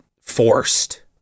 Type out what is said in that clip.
forced